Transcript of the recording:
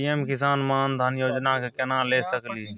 PM Kisan Maan Dhan Yojana के केना ले सकलिए?